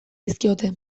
dizkiote